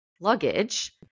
luggage